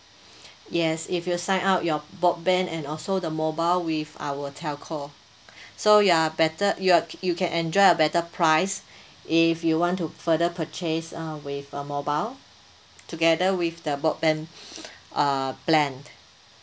yes if you sign up your broadband and also the mobile with our telco so you're better you're you can enjoy a better price if you want to further purchase uh with a mobile together with the broadband uh plan